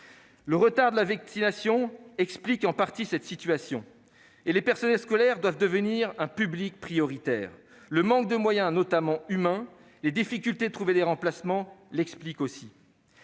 Le retard de la vaccination explique, en partie, cette situation et les personnels scolaires doivent devenir un public prioritaire, car le manque de moyens, notamment humains, et les difficultés à trouver des remplaçants en sont aussi